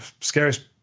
scariest